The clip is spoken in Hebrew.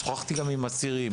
שוחחתי גם עם אסירים